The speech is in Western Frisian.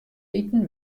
iten